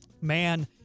man